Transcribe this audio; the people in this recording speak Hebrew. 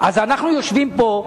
אז אנחנו יושבים פה,